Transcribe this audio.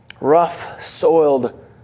rough-soiled